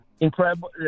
incredible